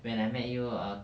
when I met you err